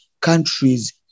countries